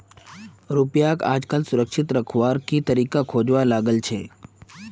रुपयाक आजकल सुरक्षित रखवार के तरीका खोजवा लागल छेक